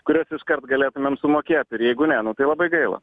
kuriuos iškart galėtumėm sumokėt ir jeigu ne nu tai labai gaila